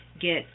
get